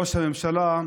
ראש הממשלה,